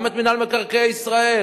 גם את מינהל מקרקעי ישראל.